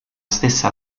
stessa